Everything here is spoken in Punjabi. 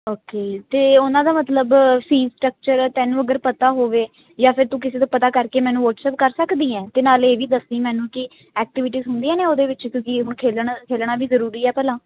ਓਕੇ ਅਤੇ ਉਹਨਾਂ ਦਾ ਮਤਲਬ ਫੀਸ ਸਟਕਚਰ ਤੈਨੂੰ ਅਗਰ ਪਤਾ ਹੋਵੇ ਜਾਂ ਫਿਰ ਤੂੰ ਕਿਸੇ ਤੋਂ ਪਤਾ ਕਰਕੇ ਮੈਨੂੰ ਵਟਸਐਪ ਕਰ ਸਕਦੀ ਹੈ ਅਤੇ ਨਾਲੇ ਇਹ ਵੀ ਦੱਸਦੀ ਮੈਨੂੰ ਕਿ ਐਕਟੀਵਿਟੀਜ਼ ਹੁੰਦੀਆਂ ਨੇ ਉਹਦੇ ਵਿੱਚ ਕਿਉਂਕਿ ਹੁਣ ਖੇਡਣਾ ਖੇਡਣਾ ਵੀ ਜ਼ਰੂਰੀ ਹੈ ਭਲਾ